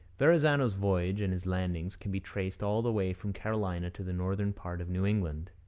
verrazano's voyage and his landings can be traced all the way from carolina to the northern part of new england.